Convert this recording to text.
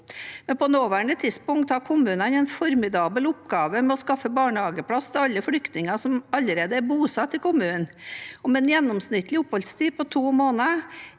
på nåværende tidspunkt har kommunene en formidabel oppgave med å skaffe barnehageplass til alle flyktninger som allerede er bosatt i kommunen, og med en gjennomsnittlig oppholdstid på drøyt to måneder